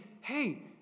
hey